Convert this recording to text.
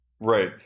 Right